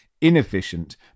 inefficient